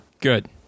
Good